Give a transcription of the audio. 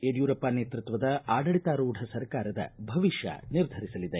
ಯಡಿಯೂರಪ್ಪ ನೇತೃತ್ವದ ಆಡಳಿತಾರೂಢ ಸರ್ಕಾರದ ಭವಿಷ್ಯ ನಿರ್ಧರಿಸಲಿದೆ